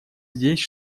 здесь